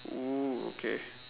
oo okay